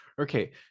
Okay